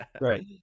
Right